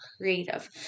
creative